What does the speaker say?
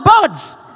birds